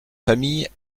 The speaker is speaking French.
familles